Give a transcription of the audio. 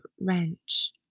wrench